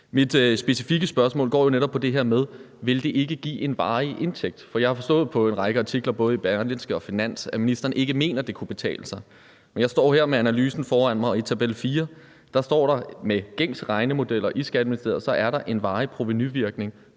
Mit specifikke spørgsmål går jo netop på det her med: Vil det ikke give en varig indtægt? For jeg har forstået på en række artikler, både i Berlingske og FINANS, at ministeren ikke mener, at det kunne betale sig, men jeg står her med analysen foran mig, og i tabel 4 står der, at med gængse regnemodeller i Skatteministeriet er der en varig provenuvirkning